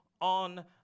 on